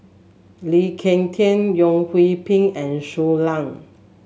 Lee Ek Tieng Yeo Hwee Bin and Shui Lan